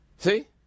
See